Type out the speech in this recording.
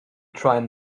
trying